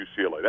UCLA